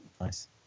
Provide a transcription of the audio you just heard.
Nice